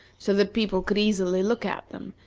so that people could easily look at them,